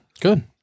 good